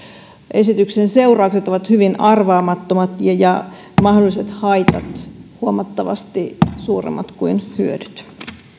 esityksen seuraukset ovat hyvin arvaamattomat ja ja mahdolliset haitat huomattavasti suuremmat kuin hyödyt